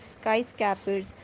skyscrapers